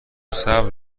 صبر